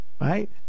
right